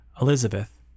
Elizabeth